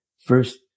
first